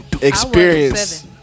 experience-